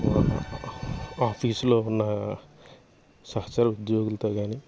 ఆఫీసులో ఉన్న సహచర ఉద్యోగులతో కానీ